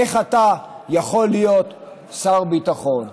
איך אתה יכול להיות שר ביטחון?